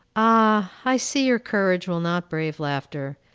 ah! i see your courage will not brave laughter.